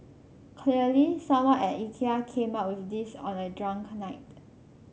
clearly someone at Ikea came up with this on a drunk night